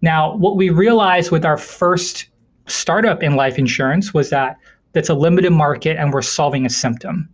now, what we realized with our first startup in life insurance was that that's a limited market and we're solving a symptom.